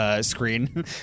screen